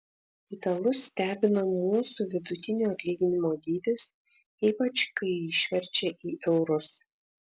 italus stebina mūsų vidutinio atlyginimo dydis ypač kai išverčia į eurus